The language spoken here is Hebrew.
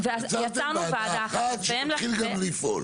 יצרתם וועדה אחת שתתחיל גם לפעול.